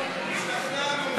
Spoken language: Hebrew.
השתכנענו.